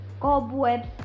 cobwebs